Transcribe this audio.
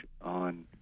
on